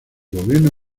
gobierno